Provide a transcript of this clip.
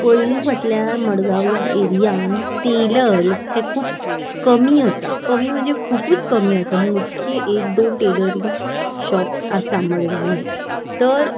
पयलीं म्हटल्यार मडगांव ह्या एरियान टेलर्स हें खूब कमी आसा कमी म्हणजे खुपूच कमी आसा मोजकी एक दोन टेलरींग शॉप्स आसा मडगांवान तर